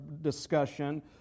discussion